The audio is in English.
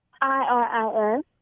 I-R-I-S